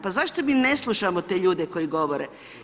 Pa zašto mi ne slušamo te ljude koji govore?